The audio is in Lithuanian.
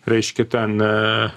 reiškia ten